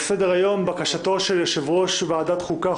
על סדר היום: בקשתו של יושב-ראש ועדת החוקה,